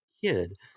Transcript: kid